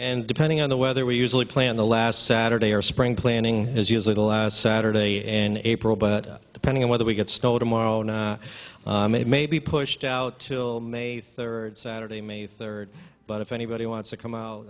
and depending on the weather we usually plan the last saturday or spring planning is usually the last saturday in april but depending on weather we get stoll tomorrow night may be pushed out till may third saturday may third but if anybody wants to come